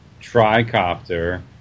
Tricopter